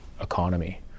economy